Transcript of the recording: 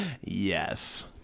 Yes